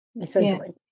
essentially